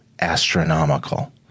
astronomical